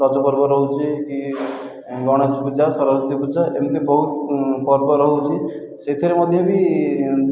ରଜ ପର୍ବ ରହୁଛି କି ଗଣେଶ ପୂଜା ସରସ୍ଵତୀ ପୂଜା ଏମିତି ବହୁତ ପର୍ବ ରହୁଛି ସେଥିରେ ମଧ୍ୟ ବି